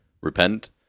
repent